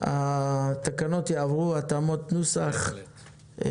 התקנות יעברו התאמות נוסח.